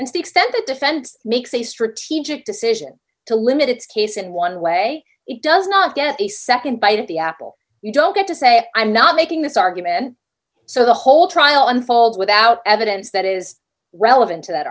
extent the defense makes a strategic decision to limit its case in one way it does not get a nd bite at the apple you don't get to say i'm not making this argument so the whole trial unfolds without evidence that is relevant to that